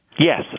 Yes